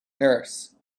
nurse